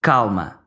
Calma